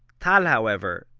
tal, however,